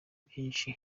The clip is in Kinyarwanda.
byinshi